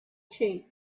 chief